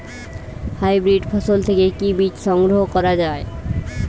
Hybrid ফসল থেকে কি বীজ সংগ্রহ করা য়ায়?